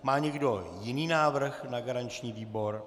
Má někdo jiný návrh na garanční výbor?